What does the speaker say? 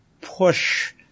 push